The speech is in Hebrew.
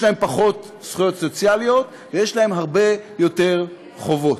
יש להם פחות זכויות סוציאליות ויש להם הרבה יותר חובות.